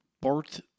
bart